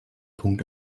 punkt